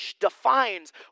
defines